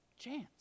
chance